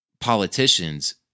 politicians